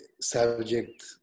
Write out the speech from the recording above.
subject